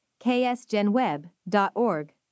ksgenweb.org